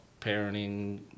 parenting